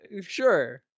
sure